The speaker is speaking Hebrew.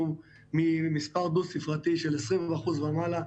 אנחנו ממספר דו ספרתי של 205 ומעלה,